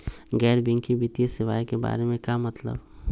गैर बैंकिंग वित्तीय सेवाए के बारे का मतलब?